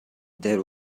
there